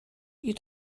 you